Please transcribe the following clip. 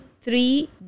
three